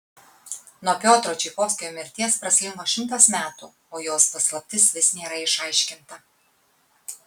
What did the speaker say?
nuo piotro čaikovskio mirties praslinko šimtas metų o jos paslaptis vis nėra išaiškinta